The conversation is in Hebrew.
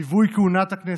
ליווי כהונת הכנסת,